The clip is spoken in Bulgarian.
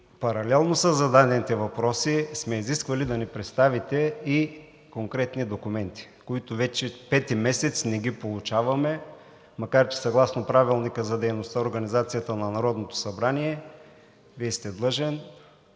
Паралелно със зададените въпроси сме изисквали да ни представите и конкретни документи, които вече пети месец не получаваме, макар че съгласно Правилника за организацията и дейността на Народното събрание сте длъжен.